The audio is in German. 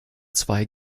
zwei